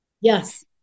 Yes